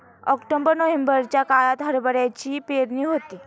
October नोव्हेंबरच्या काळात हरभऱ्याची पेरणी होते